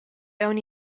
aunc